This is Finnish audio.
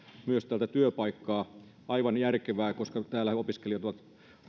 myös työpaikkaa aivan järkevää koska täällä suomessa opiskelijat ovat